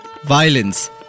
violence